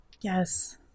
Yes